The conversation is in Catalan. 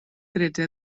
tretze